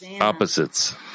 opposites